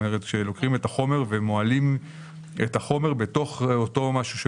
כלומר שלוקחים את החומר ומוהלים את החומר בתוך אותו מוצר,